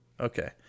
okay